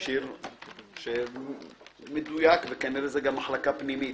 שיר שמדויק, וכנראה זו גם מחלקה פנימית,